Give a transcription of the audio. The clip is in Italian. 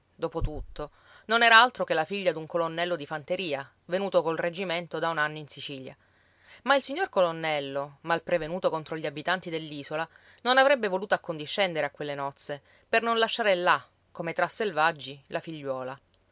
dopo tutto non era altro che la figlia d'un colonnello di fanteria venuto col reggimento da un anno in sicilia ma il signor colonnello mal prevenuto contro gli abitanti dell'isola non avrebbe voluto accondiscendere a quelle nozze per non lasciare là come tra selvaggi la figliuola